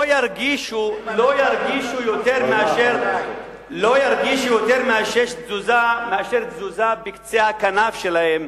לא ירגישו יותר מאשר תזוזה בקצה הכנף שלהם,